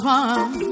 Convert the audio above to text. one